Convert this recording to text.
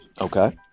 okay